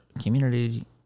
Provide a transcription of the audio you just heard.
community